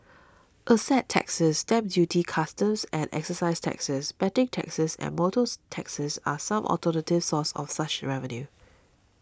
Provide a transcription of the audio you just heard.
asset taxes stamp duties customs and excise taxes betting taxes and motors taxes are some alternative sources of such revenue